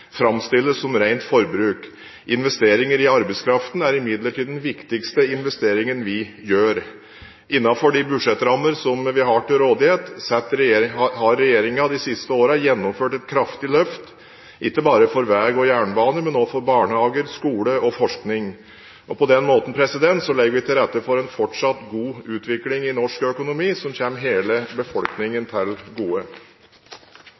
framstilles som rent forbruk. Investeringer i arbeidskraften er imidlertid den viktigste investeringen vi gjør. Innenfor de budsjettrammene som vi har til rådighet, har regjeringen de siste årene gjennomført et kraftig løft, ikke bare for vei og jernbane, men også for barnehager, skole og forskning. På den måten legger vi til rette for en fortsatt god utvikling i norsk økonomi som kommer hele